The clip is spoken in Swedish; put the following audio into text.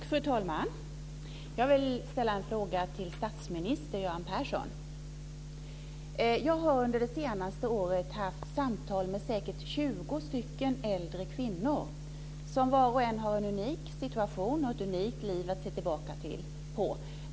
Fru talman! Jag vill ställa en fråga till statsminister Göran Persson. Jag har under det senaste året haft samtal med säkert 20 äldre kvinnor som var och en har en unik situation och ett unikt liv att se tillbaka på.